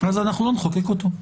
אז אנחנו לא נחוקק אותו.